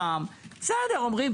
תדע שזה המצב.